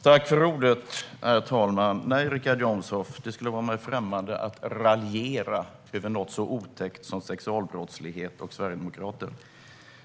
Herr talman! Nej, Richard Jomshof, det skulle vara mig främmande att raljera över något så otäckt som sexualbrottslighet och sverigedemokrater.